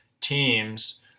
teams